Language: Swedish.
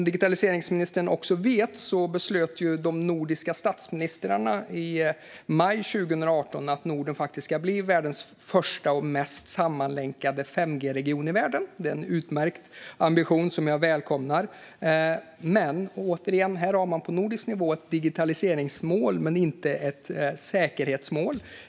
Digitaliseringsministern vet också att de nordiska statsministrarna i maj 2018 beslöt att Norden faktiskt ska bli världens första och mest sammanlänkade 5G-region i världen. Det är en utmärkt ambition, som jag välkomnar. Men, återigen, har man på nordisk nivå ett digitaliseringsmål men inte ett säkerhetsmål.